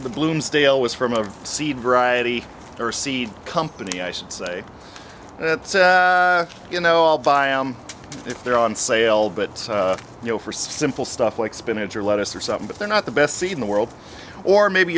the bloom stale was from a seed variety or seed company i should say that you know i'll buy if they're on sale but you know for simple stuff like spinach or lettuce or something but they're not the best seat in the world or maybe